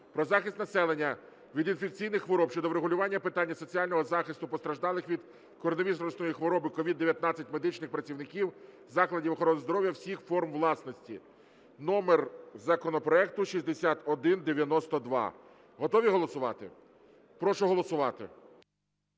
"Про захист населення від інфекційних хвороб" щодо врегулювання питання соціального захисту постраждалих від коронавірусної хвороби (COVID-19) медичних працівників закладів охорони здоров’я всіх форм власності (номер законопроекту 6192). Готові голосувати? Прошу голосувати.